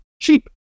cheap